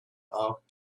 off